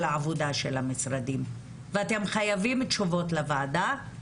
העבודה של המשרדים ואתם חייבים תשובות לוועדה.